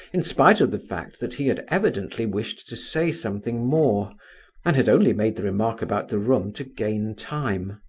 in spite of the fact that he had evidently wished to say something more and had only made the remark about the room to gain time.